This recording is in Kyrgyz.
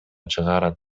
чыгарат